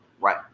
right